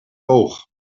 boog